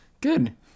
good